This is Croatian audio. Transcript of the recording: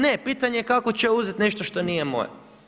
Ne pitanje je kako ću ja uzeti nešto što nije moje.